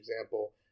example